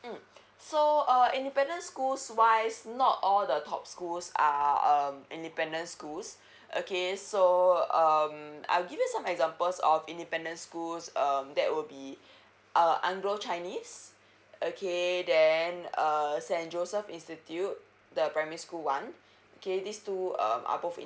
mm so uh independent schools wise not all the top schools are um independent schools okay so um I'll give you some examples of independent schools um that will be uh anglo chinese okay then uh saint joseph institute the primary school one okay these two um are both